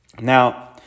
Now